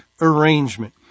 arrangement